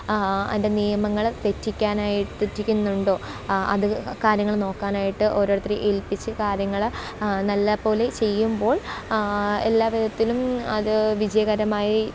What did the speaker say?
അതിന്റെ നിയമങ്ങൾ തെറ്റിക്കാനായി തെറ്റിക്കുന്നുണ്ടോ അത് കാര്യങ്ങൾ നോക്കാനായിട്ട് ഒരോരുത്തരെ ഏല്പ്പിച്ച് കാര്യങ്ങൾ നല്ല പോലെ ചെയ്യുമ്പോള് എല്ലാ വിധത്തിലും അത് വിജയകരമായി